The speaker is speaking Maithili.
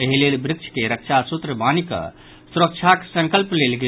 एहि लेल वृक्ष के रक्षासूत्र बान्हिकऽ सुरक्षाक संकल्प लेल गेल